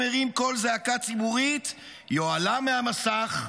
כל מי שמרים קול זעקה ציבורית יועלם מהמסך,